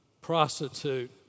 prostitute